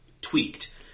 tweaked